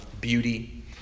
beauty